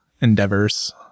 endeavors